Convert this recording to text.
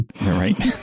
right